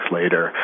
later